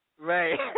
Right